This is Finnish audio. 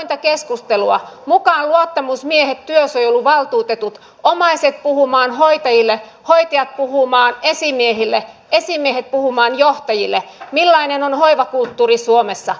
avointa keskustelua mukaan luottamusmiehet työsuojeluvaltuutetut omaiset puhumaan hoitajille hoitajat puhumaan esimiehille esimiehet puhumaan johtajille millainen on hoivakulttuuri suomessa